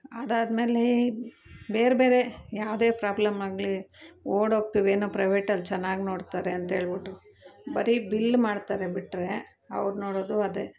ಅದಾದಮೇಲೆ ಬೇರೆ ಬೇರೆ ಯಾವುದೇ ಪ್ರಾಬ್ಲಮ್ ಆಗಲಿ ಓಡೋಗ್ತೀವಿ ಏನೊ ಪ್ರೈವೇಟಲ್ಲಿ ಚೆನ್ನಾಗಿ ನೋಡ್ತಾರೆ ಅಂತೇಳ್ಬಿಟ್ಟು ಬರೀ ಬಿಲ್ ಮಾಡ್ತಾರೆ ಬಿಟ್ಟರೆ ಅವರು ನೋಡೋದು ಅದೆ